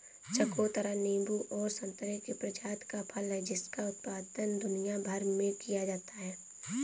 चकोतरा नींबू और संतरे की प्रजाति का फल है जिसका उत्पादन दुनिया भर में किया जाता है